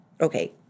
Okay